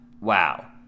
wow